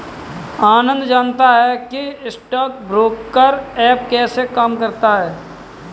आनंद जानता है कि स्टॉक ब्रोकर ऐप कैसे काम करता है?